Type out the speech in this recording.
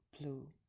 blue